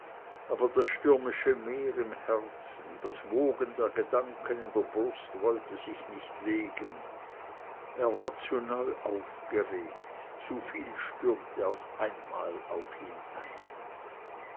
aber das stürmische meer im herzen das wogen der gedanken in der brust wollte sich nicht legen er war zu neu aufgeregt zu viel stürmte auf einmal auf ihn ein